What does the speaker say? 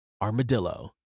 Armadillo